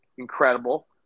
incredible